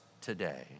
today